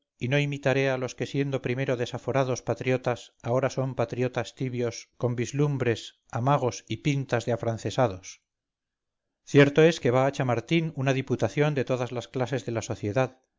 y no imitaré a los que siendo primero desaforados patriotas ahora son patriotas tibios con vislumbres amagos y pintas de afrancesados cierto es que va a chamartín una diputación de todas las clases de la sociedad